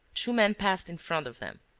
two men passed in front of them.